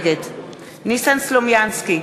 נגד ניסן סלומינסקי,